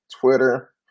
Twitter